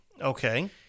Okay